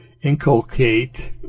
inculcate